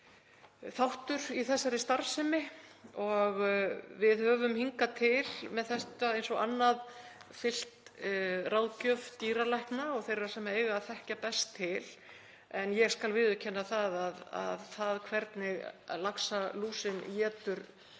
þáttur í þessari starfsemi. Við höfum hingað til með þetta eins og annað fylgt ráðgjöf dýralækna og þeirra sem eiga að þekkja best til. En ég skal viðurkenna að það hvernig laxalúsin étur